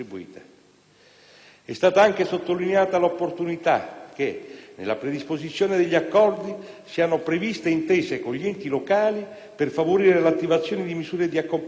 È stata anche sottolineata l'opportunità che, nella predisposizione degli accordi, siano previste intese con gli enti locali per favorire l'attivazione di misure di accompagnamento,